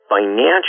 financial